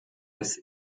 des